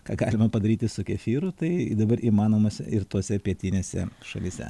ką galima padaryti su kefyru tai dabar įmanomas ir tose pietinėse šalyse